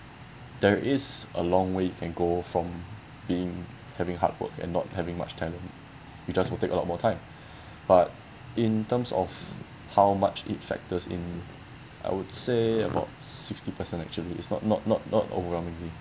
there is a long way you can go from being having hard work and not having much talent it just will take a lot more time but in terms of how much it factors in I would say about sixty percent actually it's not not not not overwhelmingly